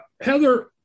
Heather